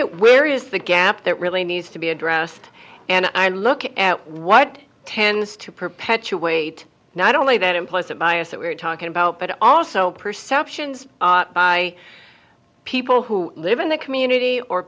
at where is the gap that really needs to be addressed and i look at what tends to perpetuate not only that implicit bias that we're talking about but also perceptions by people who live in the community or